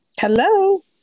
Hello